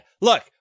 Look